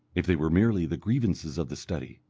if they were merely the grievances of the study,